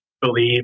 believe